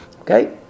Okay